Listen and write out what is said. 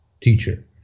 teacher